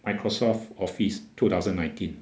microsoft office two thousand nineteen